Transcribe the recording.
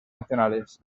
nacionales